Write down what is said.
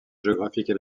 géographique